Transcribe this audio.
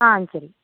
ஆ சரி